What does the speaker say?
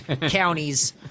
counties